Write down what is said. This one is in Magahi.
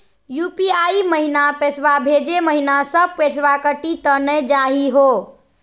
यू.पी.आई महिना पैसवा भेजै महिना सब पैसवा कटी त नै जाही हो?